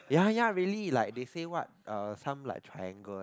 ya ya really like they say what uh some like triangle